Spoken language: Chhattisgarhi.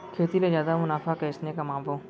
खेती ले जादा मुनाफा कइसने कमाबो?